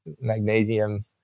magnesium